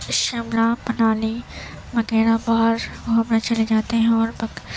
شملہ منالی وغیرہ باہر گھومنے چلے جاتے ہیں اور